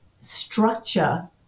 structure